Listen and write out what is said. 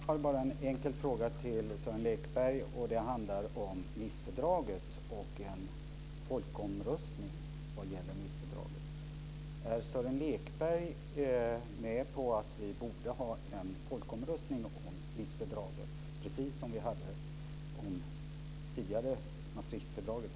Fru talman! Jag har bara en enkel fråga till Sören Lekberg. Den handlar om Nicefördraget och en folkomröstning vad gäller Nicefördraget. Är Sören Lekberg med på att vi borde ha en folkomröstning om Nicefördraget precis som vi tidigare hade det om Maastrichtfördraget?